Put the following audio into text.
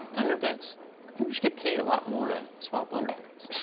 underbits? i think we should get paid a lot more to swap underbits.